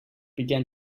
began